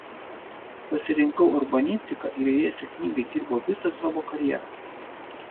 pasirinkau urbanistiką ir joje sėkmingai dirbau visą savo karjerą